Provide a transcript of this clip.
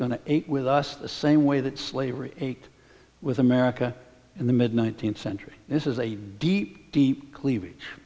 going to eight with us the same way that slavery ached with america in the mid nineteenth century this is a deep deep cleavage